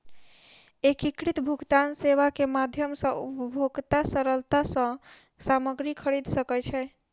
एकीकृत भुगतान सेवा के माध्यम सॅ उपभोगता सरलता सॅ सामग्री खरीद सकै छै